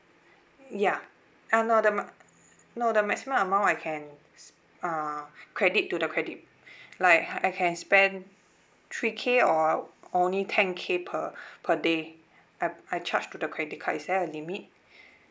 ya uh no the ma~ no the maximum amount I can s~ uh credit to the credit like I can spend three K or only ten K per per day I I charge to the credit card is there a limit